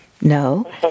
No